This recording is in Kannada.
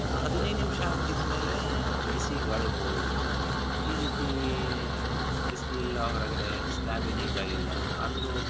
ಒಂದು ಹದಿನೈದು ನಿಮಿಷ ಹಾಕಿದ ಮೇಲೆ ಬಿಸಿ ಗಾಳಿ ಬರುವುದು ಈ ರೀತಿ ಬಿಸಿಲಿಲ್ಲ ಹೊರಗಡೆ ಸ್ಲ್ಯಾಬ್ ಏನು ಹೀಟ್ ಆಗಿಲ್ಲ ಆದರೂ